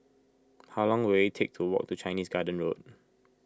how long will it take to walk to Chinese Garden Road